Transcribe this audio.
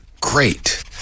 Great